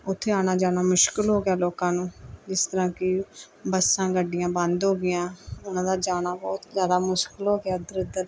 ਉੱਥੇ ਆਣਾ ਜਾਉਣਾ ਮੁਸ਼ਕਿਲ ਹੋ ਗਿਆ ਲੋਕਾਂ ਨੂੰ ਜਿਸ ਤਰ੍ਹਾਂ ਕਿ ਬੱਸਾਂ ਗੱਡੀਆਂ ਬੰਦ ਹੋ ਗਈਆਂ ਉਨ੍ਹਾਂ ਦਾ ਜਾਣਾ ਬਹੁਤ ਜ਼ਿਆਦਾ ਮੁਸ਼ਕਿਲ ਹੋ ਗਿਆ ਇੱਧਰ ਉੱਧਰ